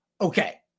Okay